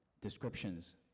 descriptions